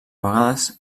vegades